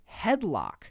headlock